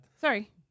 sorry